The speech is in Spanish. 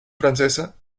francesa